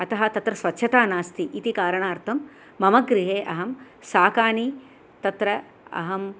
अतः तत्र स्वच्छता नास्ति इति कारणार्थं मम गृहे अहं शाकानि तत्र अहं